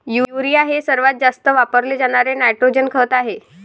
urea हे सर्वात जास्त वापरले जाणारे नायट्रोजन खत आहे